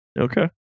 Okay